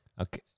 Okay